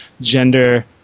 gender